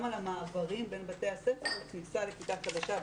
על המעברים בין בתי הספר וכניסה לכיתה חדשה,